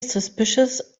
suspicious